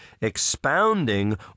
expounding